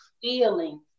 feelings